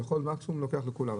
אז הוא לוקח לכולם.